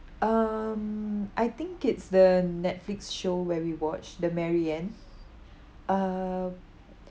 um I think it's the Netflix show where we watched the marianne uh